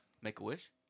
Make-A-Wish